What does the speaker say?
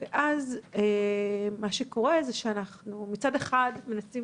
ואז מה שקורה זה שאנחנו מצד אחד מנסים